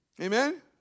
Amen